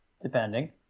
depending